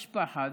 יש פחד.